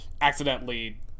accidentally